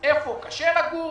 הצעת חוק לתיקון